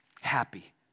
Happy